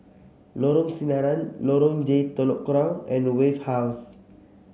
Lorong Sinaran Lorong J Telok Kurau and Wave House